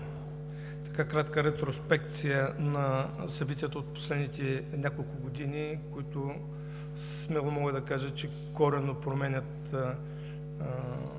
направя кратка ретроспекция на събитията от последните няколко години, които, смело мога да кажа, че коренно променят